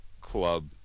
club